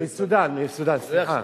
מסודן, מסודן, סליחה.